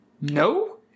no